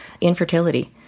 infertility